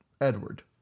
Edward